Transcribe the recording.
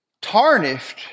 tarnished